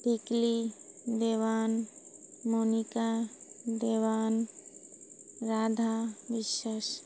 Tikli Dewan Monika Dewan Radha Biswas